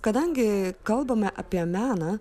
kadangi kalbame apie meną